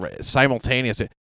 simultaneously